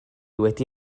wedi